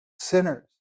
Sinners